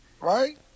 right